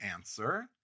answer